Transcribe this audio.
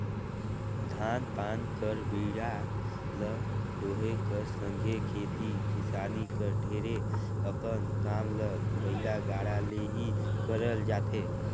धान पान कर बीड़ा ल डोहे कर संघे खेती किसानी कर ढेरे अकन काम ल बइला गाड़ा ले ही करल जाथे